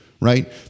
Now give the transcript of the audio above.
right